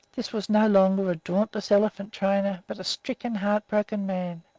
this was no longer a dauntless elephant-trainer, but a stricken, heart-broken man.